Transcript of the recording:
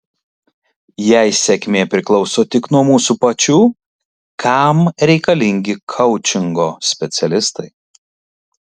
jei sėkmė priklauso tik nuo mūsų pačių kam reikalingi koučingo specialistai